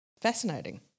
Fascinating